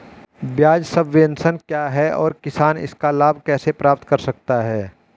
ब्याज सबवेंशन क्या है और किसान इसका लाभ कैसे प्राप्त कर सकता है?